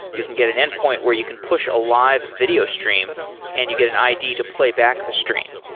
you can get an endpoint where you can push a live video stream and you get an id to playback the stream.